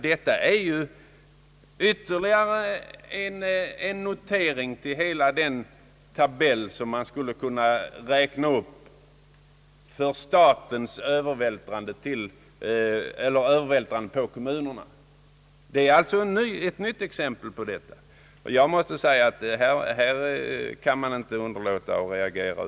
Detta är ju ytterligare en sak att notera till hela den tabell, som man skulle kunna räkna upp av exempel på statens övervältrande av utgifter på kommunerna. Här kan man inte underlåta att reagera.